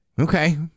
Okay